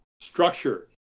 structure